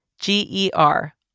G-E-R